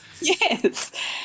yes